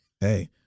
Hey